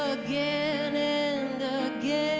again and